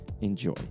enjoy